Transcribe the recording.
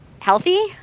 healthy